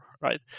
right